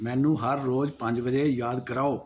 ਮੈਨੂੰ ਹਰ ਰੋਜ਼ ਪੰਜ ਵਜੇ ਯਾਦ ਕਰਾਓ